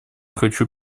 хочу